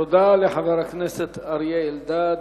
תודה לחבר הכנסת אריה אלדד.